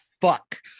fuck